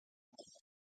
oui